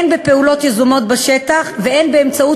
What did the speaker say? הן בפעולות יזומות בשטח והן באמצעות